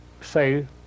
say